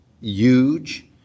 huge